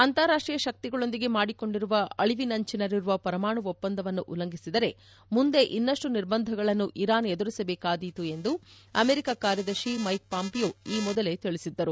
ಅಂತಾರಾಷ್ಷೀಯ ಶಕ್ತಿಗಳೊಂದಿಗೆ ಮಾಡಿಕೊಂಡಿರುವ ಅಳಿವಿನಂಚಿನಲ್ಲಿರುವ ಪರಮಾಣು ಒಪ್ಪಂದವನ್ನು ಉಲ್ಲಂಘಿಸಿದರೆ ಮುಂದೆ ಇನ್ನಷ್ಟು ನಿರ್ಬಂಧಗಳನ್ನು ಇರಾನ್ ಎದುರಿಸಬೇಕಾದೀತು ಎಂದು ಅಮೆರಿಕ ಕಾರ್ನದರ್ಶಿ ಮೈಕ್ ಪಾಂಪಿಯೋ ಈ ಮೊದಲೇ ತಿಳಿಸಿದ್ದರು